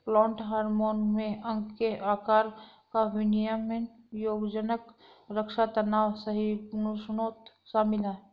plant hormone में अंग के आकार का विनियमन रोगज़नक़ रक्षा तनाव सहिष्णुता शामिल है